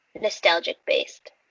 nostalgic-based